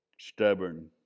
Stubborn